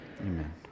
Amen